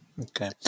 Okay